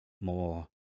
more